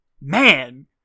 man